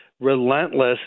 relentless